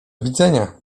widzenia